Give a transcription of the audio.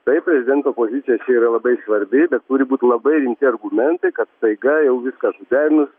taip prezidento pozicija čia yra labai svarbi bet turi būt labai rimti argumentai kad staiga jau viską suderinus